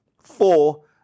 four